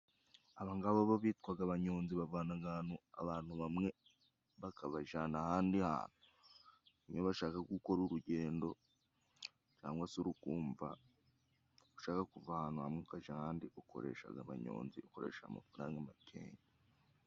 Abangaba bo bitwaga abanyonzi bavanaga ahantu abantu bamwe bakabajana ahandi hantu. Iyo bashaka gukora urugendo cyangwa se uri kumva ushaka kuva ahantu hamwe ukaja ahandi, ukoreshaga abanyonzi ukoreshaje amafaranga makenya.